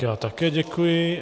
Já také děkuji.